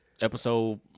episode